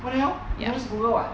!walao! he can just google it [what]